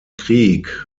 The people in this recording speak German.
krieg